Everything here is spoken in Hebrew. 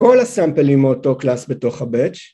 כל הסאמפלים מאותו קלאס בתוך ה-batch